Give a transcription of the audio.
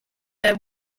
and